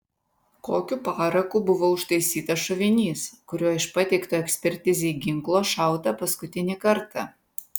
kokiu paraku buvo užtaisytas šovinys kuriuo iš pateikto ekspertizei ginklo šauta paskutinį kartą